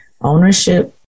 Ownership